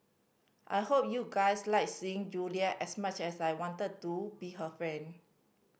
I hope you guys liked seeing Julia as much as I wanted to be her friend